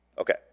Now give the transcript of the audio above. Okay